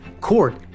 Court